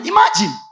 Imagine